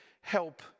help